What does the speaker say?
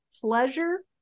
pleasure